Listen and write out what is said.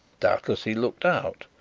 doubtless he looked out.